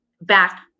back